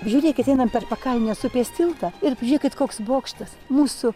žiūrėkit einam per pakalnės upės tiltą ir žiūrėkit koks bokštas mūsų